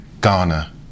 Ghana